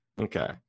okay